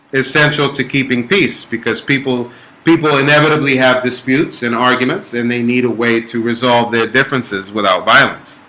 essential to keeping peace because people people inevitably have disputes and arguments and they need a way to resolve their differences without violence